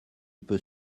peut